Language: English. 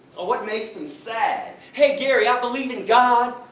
or what makes them sad. hey, gary, i believe in god!